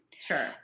Sure